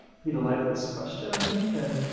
peter liked this question, i think. and